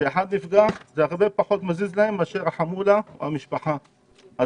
כשאחד נפגע זה הרבה פחות מזיז להם מאשר כשהחמולה או המשפחה נפגעת.